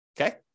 okay